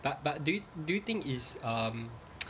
but but do you do you think it's um